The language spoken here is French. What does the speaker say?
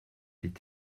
est